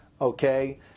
okay